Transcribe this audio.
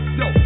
yo